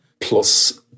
Plus